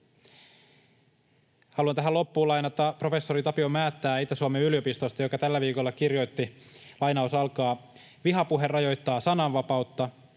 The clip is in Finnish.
Haluan tähän loppuun lainata professori Tapio Määttää Itä-Suomen yliopistosta, joka tällä viikolla kirjoitti: ”Vihapuhe rajoittaa sananvapautta.